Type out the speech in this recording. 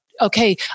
okay